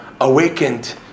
awakened